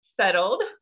settled